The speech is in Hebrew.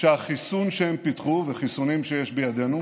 שהחיסון שהם פיתחו והחיסונים שיש בידינו,